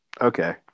okay